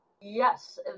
Yes